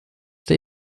der